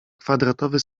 kwadratowy